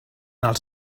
els